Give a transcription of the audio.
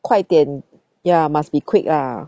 快点 ya must be quick lah